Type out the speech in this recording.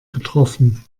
getroffen